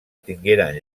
tingueren